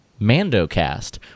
MandoCast